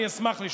אני אשמח לשמוע.